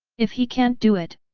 if he can't do it,